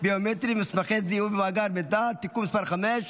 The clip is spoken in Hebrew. ביומטריים במסמכי זיהוי ובמאגר מידע (תיקון מס' 5),